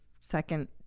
second